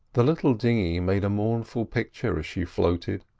the little dinghy made a mournful picture as she floated,